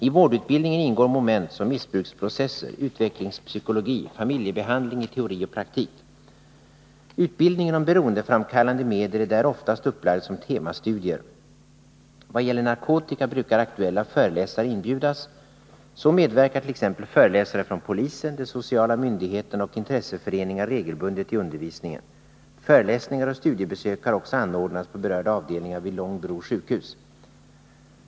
I vårdutbildningen ingår moment som missbruksprocesser, utvecklingspsykologi, familjebehandling i teori och praktik. Utbildningen om beroendeframkallande medel är där oftast upplagd som temastudier. Vad gäller narkotika brukar aktuella föreläsare inbjudas. Så medverkar t.ex. föreläsare från polisen, de sociala myndigheterna och intresseföreningar regelbundet i undervisningen. Föreläsningar och studiebesök har också anordnats på berörda avdelningar vid Långbro sjukhus.